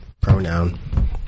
pronoun